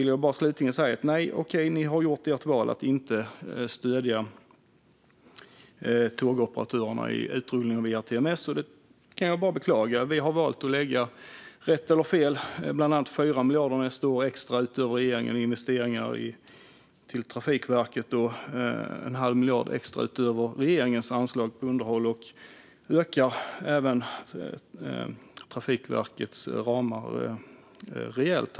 Slutligen vill jag bara säga detta: Okej, ni har gjort ert val att inte stödja tågoperatörerna i utrullningen av ERTMS. Det kan jag bara beklaga. Vi har valt - rätt eller fel - att lägga bland annat 4 miljarder extra nästa år utöver regeringen i investeringar till Trafikverket och en halv miljard extra utöver regeringens anslag på underhåll. Vi ökar även Trafikverkets ramar rejält.